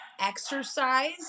exercise